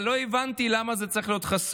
אבל לא הבנתי למה זה צריך להיות חסוי.